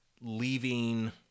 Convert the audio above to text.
leaving